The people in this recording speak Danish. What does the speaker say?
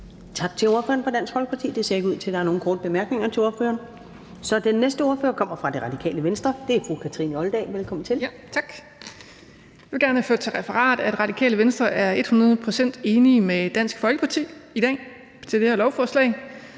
Tak til ordføreren for Dansk Folkeparti. Det ser ikke ud til, at der er nogen korte bemærkninger til ordføreren. Den næste ordfører kommer fra Radikale Venstre, og det er fru Kathrine Olldag. Velkommen til. Kl. 11:59 (Ordfører) Kathrine Olldag (RV): Tak. Jeg vil gerne have ført til referat, at Radikale Venstre er ethundrede procent enig med Dansk Folkeparti i dag om det her lovforslag.